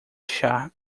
chá